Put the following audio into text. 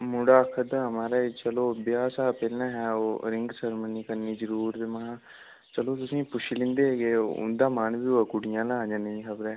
मुड़ा आक्खा'रदा हा माराज चलो ब्याह् शा पैह्ले असें ओह् रिंग सैरेमनी करनी जरूर ते महां चलो तुसें ई पुच्छी लैंदे जे उं'दा मन बी होऐ कुड़ी आह्लें दा जां नेईं खबरै